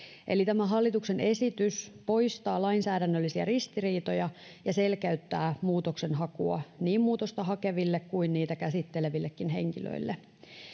eli tämä hallituksen esitys poistaa lainsäädännöllisiä ristiriitoja ja selkeyttää muutoksenhakua niin muutosta hakeville kuin niitä käsittelevillekin henkilöille